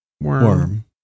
worm